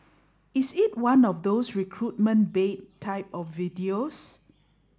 is it one of those recruitment bait type of videos